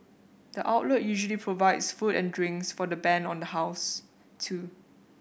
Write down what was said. the outlet usually provides food and drinks for the band on the house too